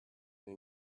and